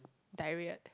diarrhea